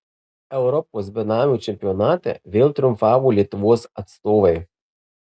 europos benamių čempionate vėl triumfavo lietuvos atstovai